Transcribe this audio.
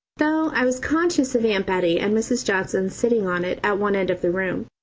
though i was conscious of aunt bettie and mrs. johnson sitting on it at one end of the room,